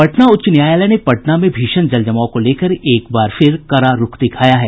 पटना उच्च न्यायालय ने पटना में भीषण जल जमाव को लेकर एक बार फिर कड़ा रूख दिखाया है